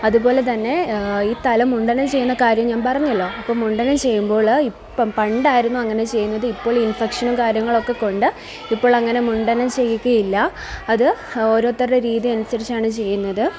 അതുപോലെത്തന്നെ ഈ തല മുണ്ഡനം ചെയ്യുന്ന കാര്യം ഞാന് പറഞ്ഞല്ലോ അപ്പോള് മുണ്ഡനം ചെയ്യുമ്പോള് ഇപ്പം പണ്ടായിരുന്നു അങ്ങനെ ചെയ്യുന്നത് ഇപ്പോള് ഇന്ഫെക്ഷനും കാര്യങ്ങളുമൊക്കെക്കൊണ്ട് ഇപ്പോള് അങ്ങനെ മുണ്ഡനം ചെയ്യുകയില്ല അത് ഓരോരുത്തരുടെ രീതി അനുസരിച്ചാണ് ചെയ്യുന്നത്